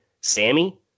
Sammy